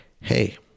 Hey